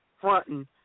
fronting